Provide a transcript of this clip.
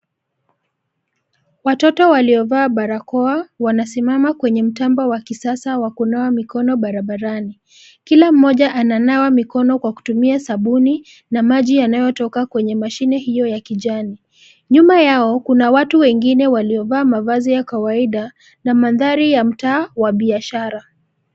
Watoto waliovaa barakoa, wanasimama kwenye mtambo wa kisasa wa kunawa mikono barabarani, kila mmoja ananawa mikono kwa kutumia sabuni, na maji yanayotoka kwenye mashine hio ya kijani, nyuma yao kuna watu wengine waliovaa mavazi ya kawaida, na mandhari ya mtaa wa biashara.